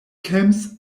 camps